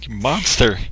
Monster